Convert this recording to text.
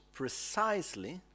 precisely